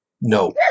No